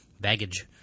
baggage